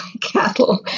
cattle